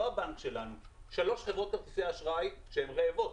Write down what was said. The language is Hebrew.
לא הבנק שלנו אלא שלוש חברות כרטיסי האשראי שהן רעבות,